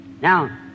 Now